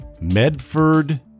Medford